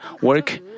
work